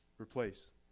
replace